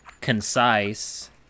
concise